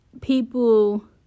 people